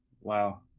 Wow